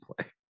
play